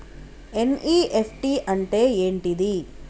NEFT అంటే ఏంటిది?